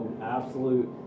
absolute